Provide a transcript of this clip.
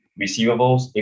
receivables